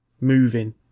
moving